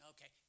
Okay